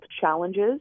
challenges